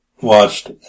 watched